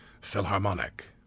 Philharmonic